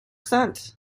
sent